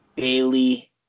Bailey